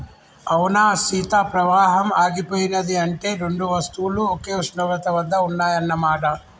అవునా సీత పవాహం ఆగిపోయినది అంటే రెండు వస్తువులు ఒకే ఉష్ణోగ్రత వద్ద ఉన్నాయన్న మాట